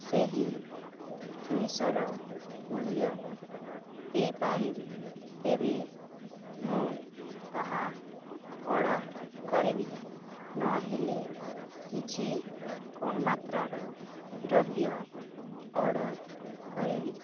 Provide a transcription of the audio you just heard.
ସେହି ଜିନିଷର ମୂଲ୍ୟ ଦେଇପାରିବି ତେବେ ମୁଁ ତାହା ଅର୍ଡ଼ର କରିବି ନହେଲେ କିଛି କମ୍ ମାତ୍ରାର ଦ୍ରବ୍ୟ ଅର୍ଡ଼ର କରିବି